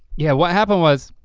yeah what happened was,